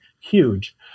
huge